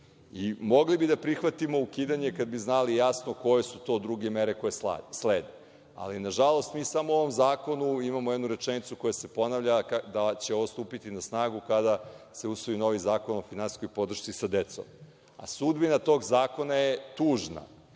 ukida. Mogli bi da prihvatimo ukidanje kada bi znali jasno koje su to druge mere koje slede. Ali, nažalost, mi samo u ovom zakonu imamo jednu rečenicu koja se ponavlja da će ovo stupiti na snagu kada se usvoji novi zakon o finansijskoj podršci sa decom, a sudbina tog zakona je tužna,